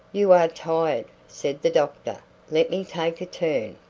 you are tired, said the doctor let me take a turn.